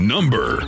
Number